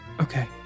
okay